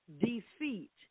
defeat